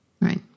Right